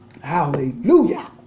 Hallelujah